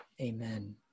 Amen